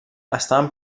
estaven